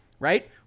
right